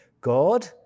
God